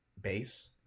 base